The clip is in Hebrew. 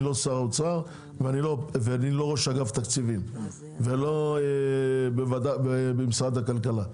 אני לא שר האוצר ואני לא ראש אגף תקציבים ולא במשרד הכלכלה.